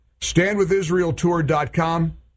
StandWithIsraelTour.com